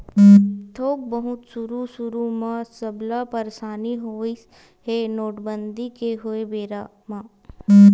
थोक बहुत सुरु सुरु म सबला परसानी होइस हे नोटबंदी के होय बेरा म